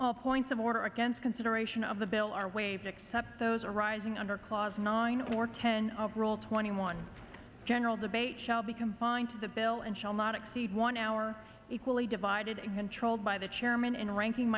all points of order against consideration of the bill are waived except those arising under clause nine or ten of rule twenty one general debate shall be confined to the bill and shall not exceed one hour equally divided and controlled by the chairman and ranking